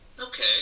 Okay